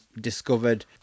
discovered